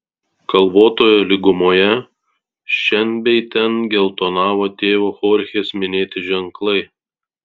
kalvotoje lygumoje šen bei ten geltonavo tėvo chorchės minėti ženklai